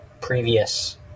previous